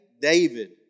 David